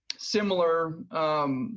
similar